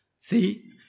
See